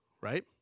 right